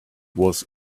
was